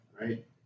right